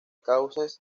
cauces